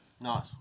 Nice